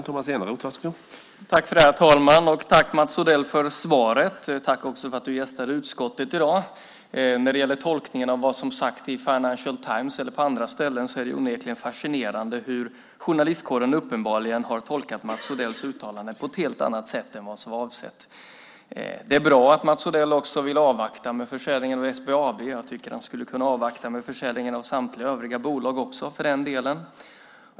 Herr talman! Tack, Mats Odell, för svaret! Tack också för att du gästade utskottet i dag. När det gäller tolkningen av vad som har sagts i Financial Times eller på andra ställen är det onekligen fascinerande hur journalistkåren uppenbarligen har tolkat Mats Odells uttalanden på ett helt annat sätt än vad som var avsett. Det är bra att Mats Odell vill avvakta med försäljningen av SBAB. Han skulle kunna avvakta med försäljningen av samtliga övriga bolag också.